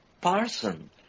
Parson